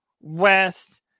West